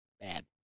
bad